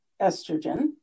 estrogen